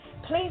Please